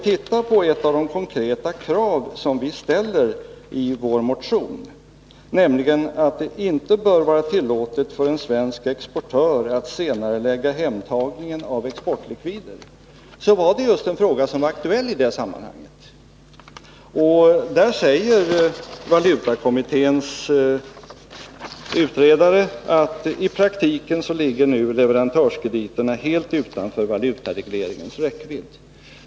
Ett av de konkreta krav vi ställer i vår motion är att det inte bör vara tillåtet för en svensk exportör att senarelägga hemtagningen av exportlikvider. Det var en fråga som var aktuell i just det sammanhanget. Valutakommitténs utredare säger att leverantörskrediterna i praktiken nu ligger helt utanför valutaregleringens räckvidd.